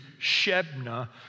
Shebna